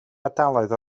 ardaloedd